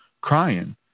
crying